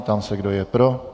Ptám se, kdo je pro.